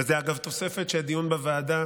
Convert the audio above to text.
אגב, זו תוספת שהדיון בוועדה